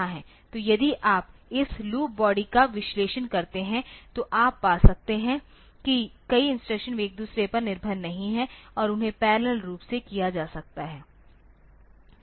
तो यदि आप इस लूप बॉडी का विश्लेषण करते हैं तो आप पा सकते हैं कि कई इंस्ट्रक्शन वे एक दूसरे पर निर्भर नहीं हैं और उन्हें पैरेलल रूप से किया जा सकता है